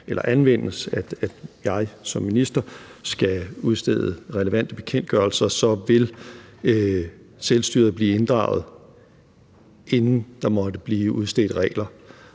eller anvendes, og jeg som minister skal udstede relevante bekendtgørelser, så vil selvstyret blive inddraget, inden der måtte blive udstedt regler.